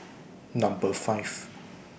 Number five